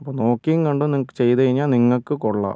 അപ്പോൾ നോക്കിയും കണ്ടും നിങ്ങൾക്ക് ചെയ്തുകഴിഞ്ഞാൽ നിങ്ങൾക്ക് കൊള്ളാം